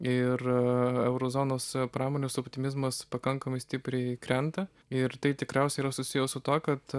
ir euro zonos pramonės optimizmas pakankamai stipriai krenta ir tai tikriausiai yra susiję su tuo kad